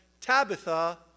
Tabitha